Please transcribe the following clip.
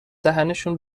دهنشون